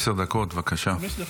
חמש דקות, לא?